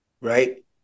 right